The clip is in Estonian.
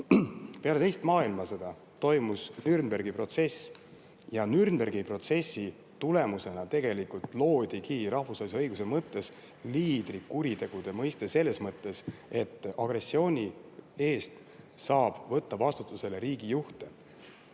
Peale teist maailmasõda toimus Nürnbergi protsess. Nürnbergi protsessi tulemusena loodigi rahvusvahelise õiguse mõttes liidri kuritegude mõiste selles mõttes, et agressiooni eest saab võtta vastutusele riigijuhte.